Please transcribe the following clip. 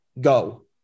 go